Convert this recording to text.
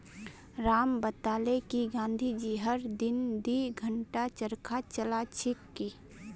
राम बताले कि गांधी जी हर दिन दी घंटा चरखा चला छिल की